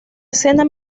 escena